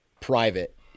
private